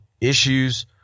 issues